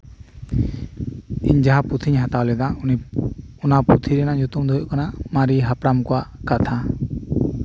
ᱤᱧ ᱡᱟᱦᱟᱸ ᱯᱩᱛᱷᱤᱧ ᱦᱟᱛᱟᱣ ᱞᱮᱫᱟ ᱚᱱᱟ ᱯᱩᱛᱷᱤ ᱨᱮᱭᱟᱜ ᱧᱩᱛᱩᱢ ᱫᱚ ᱦᱳᱭᱳᱜ ᱠᱟᱱᱟ ᱢᱟᱨᱮ ᱦᱟᱯᱲᱟᱢ ᱠᱚᱣᱟᱜ ᱠᱟᱛᱷᱟ